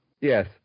Yes